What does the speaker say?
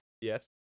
yes